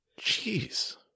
Jeez